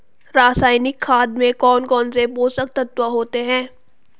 रासायनिक खाद में कौन कौन से पोषक तत्व होते हैं?